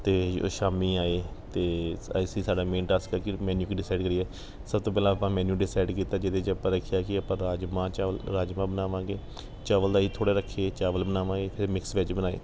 ਅਤੇ ਸ਼ਾਮੀ ਆਏ ਅਤੇ ਅਸੀਂ ਸਾਡਾ ਮੇਨ ਟਾਸਕ ਆ ਕਿ ਮੈਨਯੂ ਕੀ ਡਿਸਾਈਡ ਕਰੀਏ ਸਭ ਤੋਂ ਪਹਿਲਾਂ ਆਪਾਂ ਮੈਨਯੂ ਡਿਸਾਈਡ ਕੀਤਾ ਜਿਹਦੇ 'ਚ ਆਪਾਂ ਰੱਖਿਆ ਕਿ ਆਪਾਂ ਰਾਜਮਾਂਹ ਚਾਵਲ ਰਾਜਮਾਂਹ ਬਣਾਵਾਂਗੇ ਚਾਵਲ ਦਾ ਅਸੀਂ ਥੋੜ੍ਹਾ ਰੱਖੀਏ ਚਾਵਲ ਬਣਾਵਾਂਗੇ ਅਤੇ ਮਿਕਸ ਵੈੱਜ ਬਣਾਏ